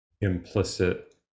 implicit